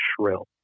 Shrill